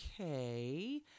Okay